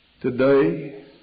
Today